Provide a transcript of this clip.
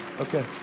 Okay